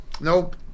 Nope